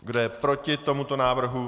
Kdo je proti tomuto návrhu?